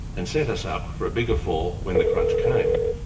and set us up for a bigger fall when the crunch came.